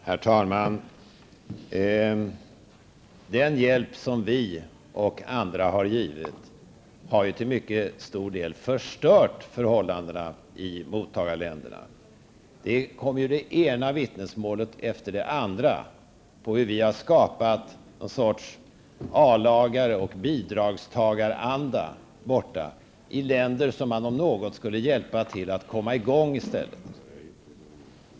Herr talman! Den hjälp som vi och andra har givit har till mycket stor del förstört förhållandena i mottagarländerna. Det ena vittnesmålet efter det andra kommer om hur vi har skapat någon sorts A lagare och bidragstagaranda i länder som vi i stället borde hjälpa att komma i gång.